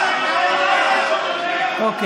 איך?